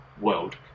world